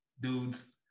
dudes